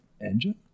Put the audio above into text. engine